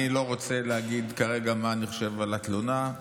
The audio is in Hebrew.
אני לא רוצה להגיד כרגע מה אני חושב על התלונה,